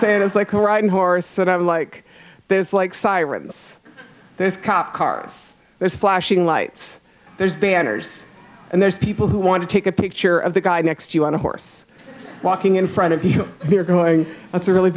saying is like riding horses that are like this like sirens there's cop cars there's flashing lights there's banners and there's people who want to take a picture of the guy next to you on a horse walking in front of you you're going it's a really